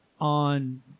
on